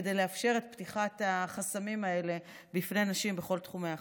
כדי לאפשר את פתיחת החסמים האלה בפני נשים בכל תחומי החיים.